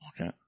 Okay